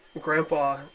grandpa